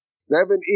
Seven